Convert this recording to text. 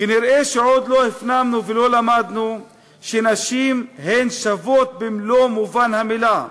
כנראה עוד לא הפנמנו ולא למדנו שנשים הן שוות במלוא מובן המילה,